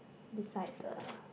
beside the